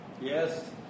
Yes